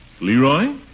Leroy